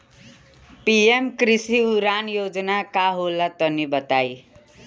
PM कृषि उड़ान योजना का होला तनि बताई?